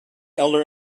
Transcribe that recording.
elder